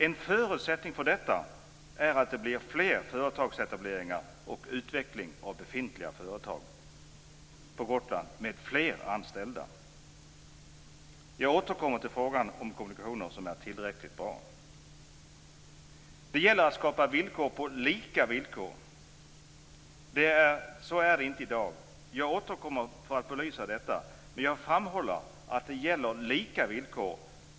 En förutsättning för detta är att det blir fler företagsetableringar och utveckling av befintliga företag på Gotland med fler anställda. Då återkommer frågan om kommunikationer som är tillräckligt bra. Det gäller att skapa förutsättningar på lika villkor. Så är det inte i dag. Jag återkommer för att belysa detta, men jag vill nu framhålla att det gäller just lika villkor.